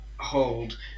hold